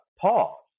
Paul